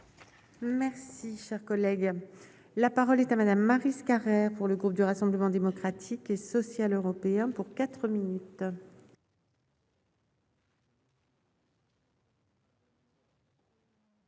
Merci, cher collègue, la parole est à Madame Maryse Carrère pour le groupe du Rassemblement démocratique et social européen pour 4 minutes.